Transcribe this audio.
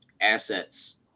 assets